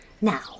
now